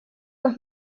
noch